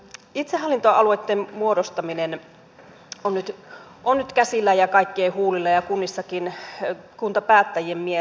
itsehallintoalueitten muodostaminen on nyt käsillä ja kaikkien huulilla ja kunnissakin kuntapäättäjien mielessä